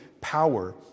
power